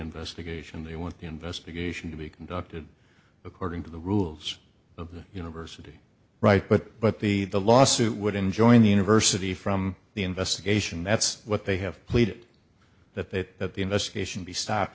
investigation they want the investigation to be conducted according to the rules of the university right but but the the lawsuit would enjoin the university from the investigation that's what they have pleaded that they that the investigation be stopped